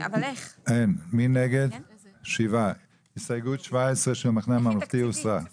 7 נמנעים, אין לא